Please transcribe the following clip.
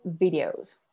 videos